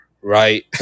right